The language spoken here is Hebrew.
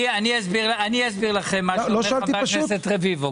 אני אסביר לכם מה שאומר חבר הכנסת רביבו.